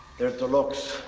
they're toloks.